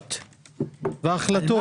ההחלטות,